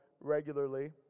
regularly